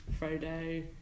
Frodo